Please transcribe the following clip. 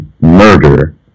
murder